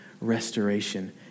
restoration